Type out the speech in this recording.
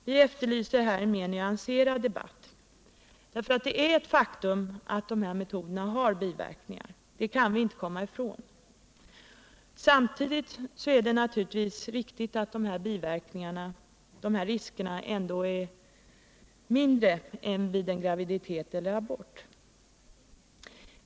Vi efterlyser här en mer nyanserad debatt. Det är ett faktum att dessa metoder har biverkningar — det kan vi inte komma ifrån. Samtidigt är det riktigt att dessa risker naturligtvis är mindre än vid en graviditet eller abort.